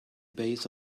base